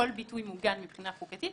במשפט הישראלי כל ביטוי מוגן מבחינה חוקתית,